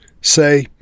Say